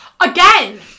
Again